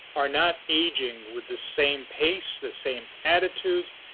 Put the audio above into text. are not ageing with the same pace, the same attitudes,